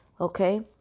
okay